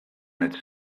had